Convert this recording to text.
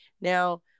now